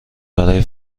برای